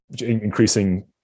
increasing